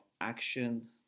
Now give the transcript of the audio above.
action